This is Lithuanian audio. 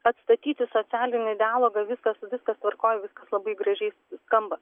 atstatyti socialinį dialogą viskas viskas tvarkoj viskas labai gražiai skamba